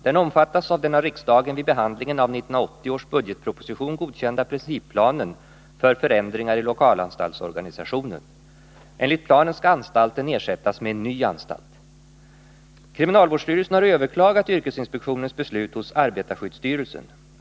Den omfattas av den av riksdagen vid behandlingen av 1980 års budgetproposition godkända principplanen för förändringar i lokalanstaltsorganisationen. Enligt planen skall anstalten ersättas med en ny anstalt. Kriminalvårdsstyrelsen har överklagat yrkesinspektionens beslut hos arbetarskyddsstyrelsen.